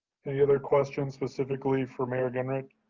any other questions specifically for mayor genrich?